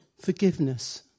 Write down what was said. Forgiveness